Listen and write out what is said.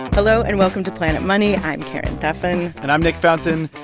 hello, and welcome to planet money. i'm karen duffin and i'm nick fountain.